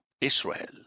Israel